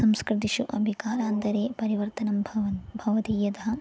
संस्कृतिषु अपि कालान्तरे परिवर्तनं भवन् भवति यथा